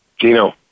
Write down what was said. Gino